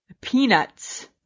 peanuts